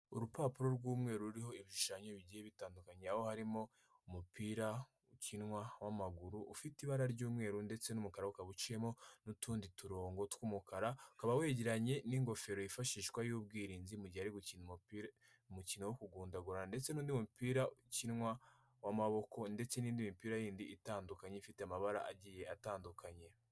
Urupapuro rw'umweru ruriho ibishushanyo bigiye bitandukanye aho harimo umupira ukinwa w'amaguru ufite ibara ry'umweru ndetse n'umukara ukaba uciyemo n'utundi turongo tw'umukara ukaba wegeranye n'ingofero yifashishwa y'ubwirinzi mu gihe ari gukina umupira umukino wo kuvundagura ndetse n'undi mupira ukinwa w'amaboko ndetse n'indi mipira yindi itandukanye ifite amabara agiye atandukanye.